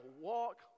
walk